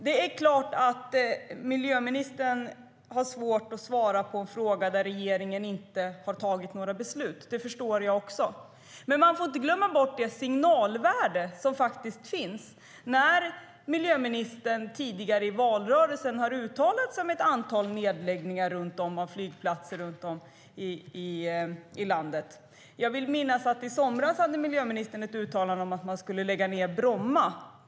Det är klart att miljöministern har svårt att svara på en fråga där regeringen inte har fattat några beslut - det förstår jag. Men man får inte glömma bort det signalvärde som finns när miljöministern tidigare i valrörelsen uttalade sig om ett antal nedläggningar av flygplatser runt om i landet. Jag vill minnas att miljöministern i somras gjorde ett uttalande om att man skulle lägga ned Bromma.